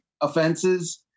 offenses